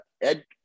Ed